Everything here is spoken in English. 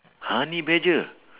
honey badger